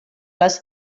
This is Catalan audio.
les